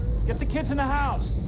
get the kids in the house.